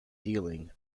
dealing